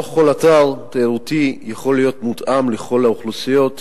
לא כל אתר תיירותי יכול להיות מותאם לכל האוכלוסיות